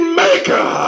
maker